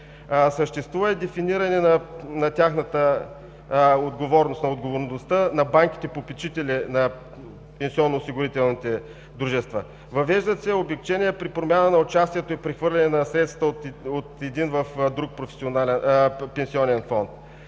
Съществува дефиниране на отговорността на банките попечители на пенсионно-осигурителните дружества. Въвеждат се облекчения при промяна на участието и прехвърляне на средства от един в друг пенсионен фонд.